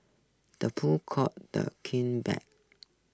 the pool calls the king black